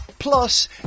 Plus